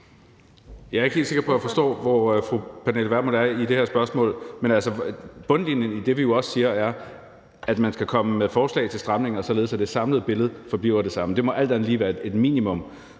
Jeg er ikke helt sikker på, at jeg forstår, hvor fru Pernille Vermund er i det her spørgsmål. Men bundlinjen i det, vi jo også siger, er, at man skal komme med forslag til stramninger, således at det samlede billede forbliver det samme. Det må alt andet lige være et minimum.